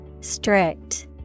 Strict